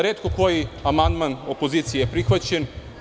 Retko koji amandman opozicije je prihvaćen.